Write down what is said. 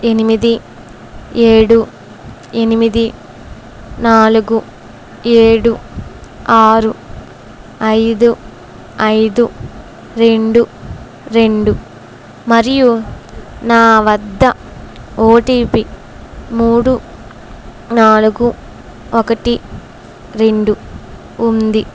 ఎనిమిది ఏడు ఎనిమిది నాలుగు ఏడు ఆరు ఐదు ఐదు రెండు రెండు మరియు నా వద్ధ ఓటీపీ మూడు నాలుగు ఒకటి రెండు ఉంది